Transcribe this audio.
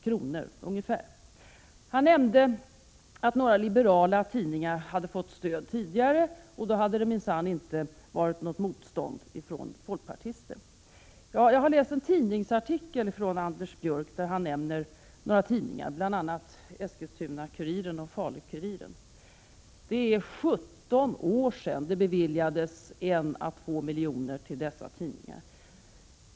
Anders Björck nämnde att några liberala tidningar tidigare hade fått stöd, och då hade det minsann inte varit något motstånd från folkpartister. Jag har läst en tidningsartikel av Anders Björck, där han nämner några tidningar, bl.a. Eskilstuna-Kuriren och Falu-Kuriren. Det är 17 år sedan dessa tidningar beviljades 1 å 2 milj.kr.